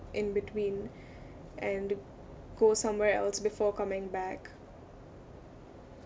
in between and go somewhere else before coming back